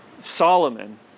Solomon